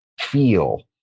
feel